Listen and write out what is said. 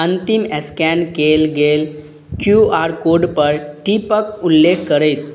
अन्तिम एस्कैन कएल गेल क्यू आर कोडपर टिपके उल्लेख करैत